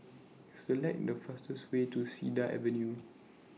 Select The fastest Way to Cedar Avenue